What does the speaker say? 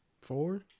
four